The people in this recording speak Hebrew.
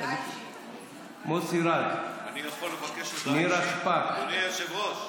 אני יכול לבקש הודעה אישית, אדוני היושב-ראש?